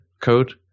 code